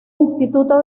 instituto